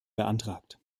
beantragt